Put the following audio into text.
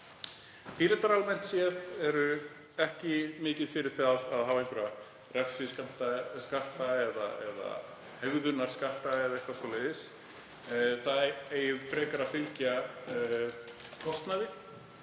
eru almennt séð ekki mikið fyrir það að hafa einhverja refsiskatta eða hegðunarskatta eða eitthvað svoleiðis, það eigi frekar að fylgja kostnaði.